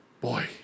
Boy